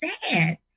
sad